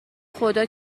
خدا